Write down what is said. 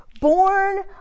born